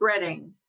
breading